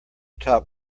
top